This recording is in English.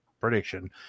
prediction